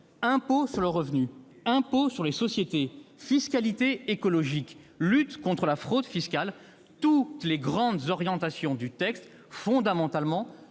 impôt sur le revenu, impôt sur les sociétés, fiscalité écologique, lutte contre la fraude fiscale, aucune grande orientation de ce texte n'a été